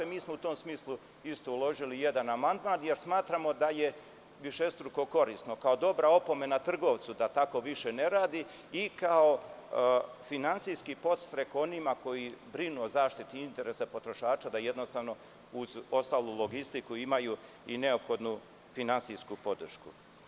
Mi smo u tom smislu uložili jedan amandman, jer smatramo da je višestruko korisno kao dobra opomena trgovcu da tako više ne radi i kao finansijski podstrek onima koji brinu o zaštiti interesa potrošača da uz ostalu logistiku imaju i neophodnu finansijsku podršku.